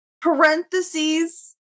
Parentheses